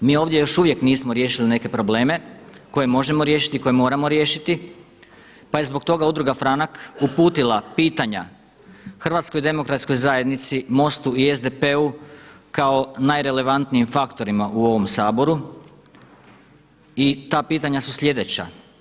Mi ovdje još uvijek nismo riješili neke probleme koje možemo riješiti i koje moramo riješiti pa je zbog toga udruga FRANAK uputila pitanja HDZ-u, MOST-u i SDP-u kao najrelevantnijim faktorima u ovom Saboru i ta pitanja su sljedeća.